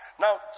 Now